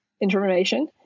information